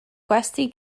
gwesty